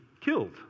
killed